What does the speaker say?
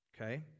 Okay